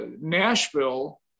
Nashville